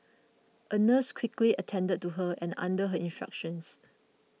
a nurse quickly attended to her and under her instructions